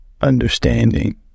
understanding